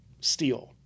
steel